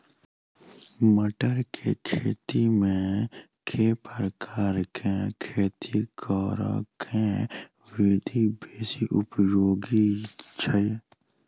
मटर केँ खेती मे केँ प्रकार केँ खेती करऽ केँ विधि बेसी उपयोगी छै?